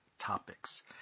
topics